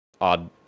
odd